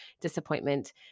disappointment